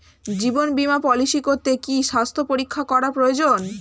জীবন বীমা পলিসি করতে কি স্বাস্থ্য পরীক্ষা করা প্রয়োজন?